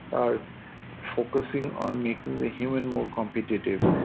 are focusing on making the human more competitive.